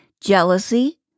jealousy